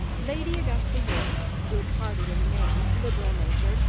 lady augusta yorke good-hearted in the main, liberal natured,